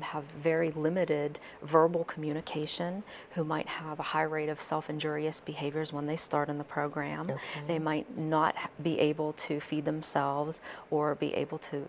have very limited verbal communication who might have a higher rate of self injurious behaviors when they start in the program they might not be able to feed themselves or be able to